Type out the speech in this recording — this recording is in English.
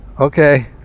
Okay